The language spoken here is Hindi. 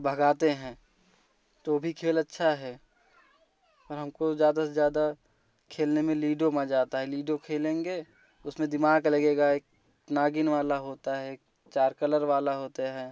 भगाते हैं तो भी खेल अच्छा है पर हमको ज्यादा से ज्यादा खेलने में लीडो मजा आता है लीडो खेलेंगे उसमें दिमाग लगेगा नागिन वाला होता है चार कलर वाला होता है